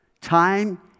time